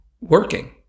working